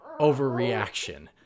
overreaction